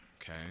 okay